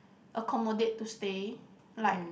accommodate to stay like